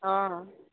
অ'